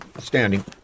standing